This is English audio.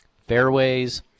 Fairways